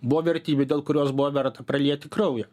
buvo vertybė dėl kurios buvo verta pralieti kraują